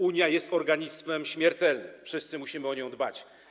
Unia jest organizmem śmiertelnym, wszyscy musimy o nią dbać.